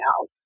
out